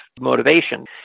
motivation